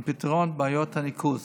לפתרון בעיות הניקוז.